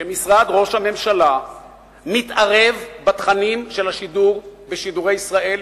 שמשרד ראש הממשלה מתערב בתכנים של השידור בשידורי ישראל,